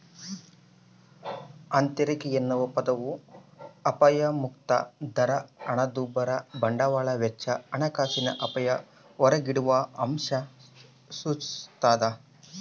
ಆಂತರಿಕ ಎನ್ನುವ ಪದವು ಅಪಾಯಮುಕ್ತ ದರ ಹಣದುಬ್ಬರ ಬಂಡವಾಳದ ವೆಚ್ಚ ಹಣಕಾಸಿನ ಅಪಾಯ ಹೊರಗಿಡುವಅಂಶ ಸೂಚಿಸ್ತಾದ